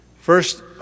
First